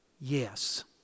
Yes